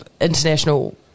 international